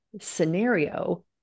scenario